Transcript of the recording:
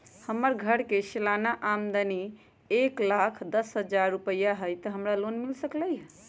हमर घर के सालाना आमदनी एक लाख दस हजार रुपैया हाई त का हमरा लोन मिल सकलई ह?